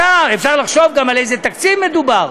אפשר לחשוב גם באיזה תקציב מדובר,